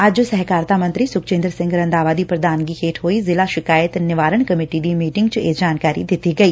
ਅੱਜ ਸਹਿਤਕਾਰਤਾ ਮੰਤਰੀ ਸੁਖਜਿੰਦਰ ਸਿੰਘ ਰੰਧਾਵਾ ਦੀ ਪ੍ਰਧਾਨਗੀ ਹੇਠ ਹੋਈ ਜ਼ਿਲ੍ਹਾ ਸ਼ਿਕਾਇਤ ਨਿਵਾਰਣ ਕਮੇਟੀ ਦੀ ਮੀਟਿੰਗ ਵਿਚ ਇਹ ਜਾਣਕਾਰੀ ਦਿੱਤੀ ਗਈ